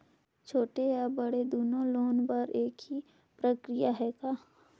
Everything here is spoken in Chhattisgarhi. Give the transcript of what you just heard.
छोटे या बड़े दुनो लोन बर एक ही प्रक्रिया है का?